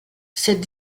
cette